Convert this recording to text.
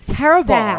terrible